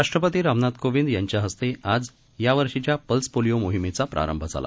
राष्ट्रपती रामनाथ कोविंद यांच्या हस्ते आज या वर्षीच्या पल्स पोलिओ मोहिमेचा प्रारंभ झाला